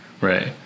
right